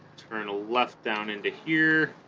turn a left down into here